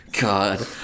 God